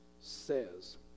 says